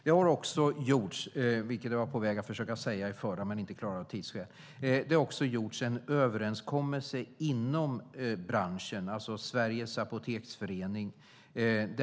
Det har också gjorts, vilket jag var på väg att försöka säga i förra inlägget men inte klarade av tidsskäl, en överenskommelse inom branschen, alltså Sveriges Apoteksförening.